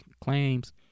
claims